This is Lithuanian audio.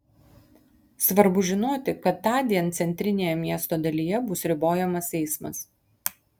svarbu žinoti kad tądien centrinėje miesto dalyje bus ribojamas eismas